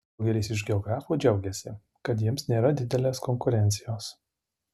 daugelis iš geografų džiaugiasi kad jiems nėra didelės konkurencijos